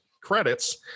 credits